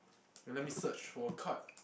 let me search for a card